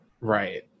Right